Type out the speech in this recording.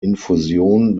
infusion